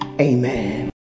Amen